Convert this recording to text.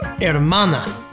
hermana